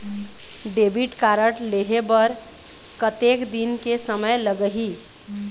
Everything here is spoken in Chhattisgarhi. डेबिट कारड लेहे बर कतेक दिन के समय लगही?